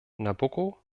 nabucco